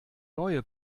neue